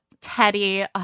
Teddy